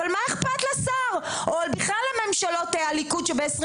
אבל מה אכפת לשר או בכלל לממשלות הליכוד שב-20